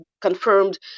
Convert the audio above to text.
confirmed